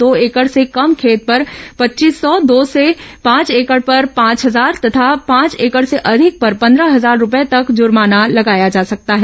दो एकड़ से कम खेत पर पच्चीस सौ दो से पांच एकड़ पर पांच हजार तथा पांच एकड़ से अधिक पर पन्द्रह हजार रूपए तक जुर्माना लगाया जा सकता है